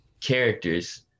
characters